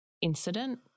incident